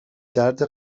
درد